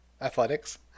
Athletics